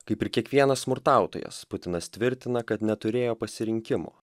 kaip ir kiekvienas smurtautojas putinas tvirtina kad neturėjo pasirinkimo